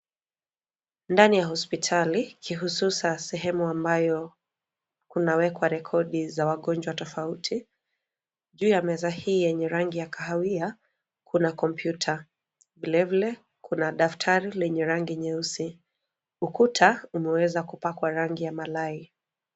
Ndani ya hospitali, kihususa sehemu ambayo, kunawekwa rekodi za wagonjwa tofauti. Juu ya meza hii yenye rangi ya kahawia, kuna kompyuta. Vilevile, kuna daftari lenye rangi nyeusi. Ukuta, umeweza kupangwa rangi ya malai.